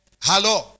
Hello